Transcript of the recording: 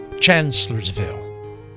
chancellorsville